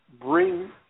bring